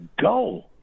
go